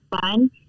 fun